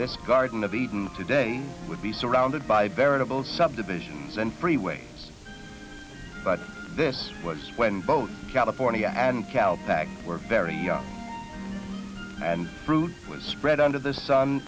this garden of eden today would be surrounded by veritable subdivisions and freeways but this was when both california and cow bag were very young and fruit was spread under the sun